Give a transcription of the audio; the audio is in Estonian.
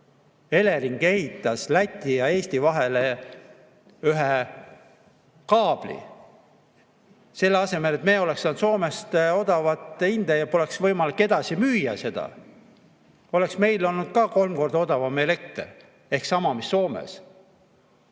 Elering ehitas Läti ja Eesti vahele ühe kaabli. Selle asemel me oleks saanud Soomest odavat hinda ja poleks võimalik seda edasi müüa. Siis oleks meil olnud ka kolm korda odavam elekter ehk sama mis Soomes.